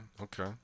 okay